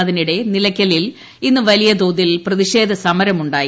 അതിനിടെ നിലയ്ക്കലിൽ ഇന്ന് വലിയ തോതിൽ പ്രതിഷേധ സമരം ഉ ായി